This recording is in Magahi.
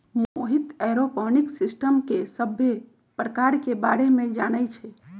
मोहित ऐरोपोनिक्स सिस्टम के सभ्भे परकार के बारे मे जानई छई